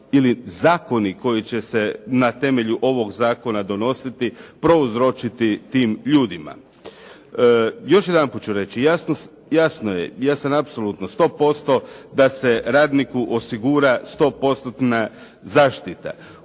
ili zakoni koji će se na temelju ovog zakona donositi prouzročiti tim ljudima. Još jedanput ću reći, jasno je, ja sam apsolutno sto posto da se radniku osigura sto postotna